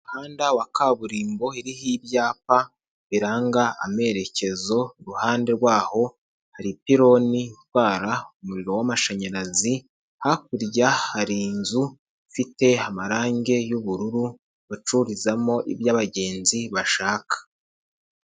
Umuhanda wa kaburimbo iriho ibyapa biranga amerekezo, ku ruhande rwaho hari ipironi itwara umuriro w'amashanyarazi, hakurya hari inzu ifite amarangi y'ubururu, bacururizamo ibyo abagenzi bashaka.